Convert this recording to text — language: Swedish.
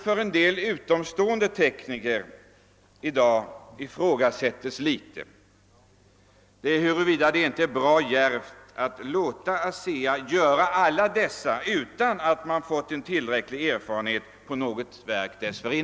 Vad en del utomstående tekniker i dag ifrågasätter är huruvida det inte är bra djärvt att låta ASEA leverera alla dessa reaktorer utan att ha tillräcklig erfarenhet från något kärnkraftverk.